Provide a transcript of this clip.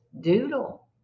doodle